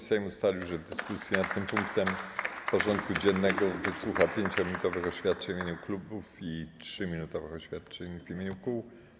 Sejm ustalił, że w dyskusji nad tym punktem porządku dziennego wysłucha 5-minutowych oświadczeń w imieniu klubów i 3-minutowych oświadczeń w imieniu kół.